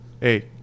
hey